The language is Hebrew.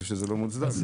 זה לא מוצדק.